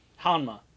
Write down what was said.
Hanma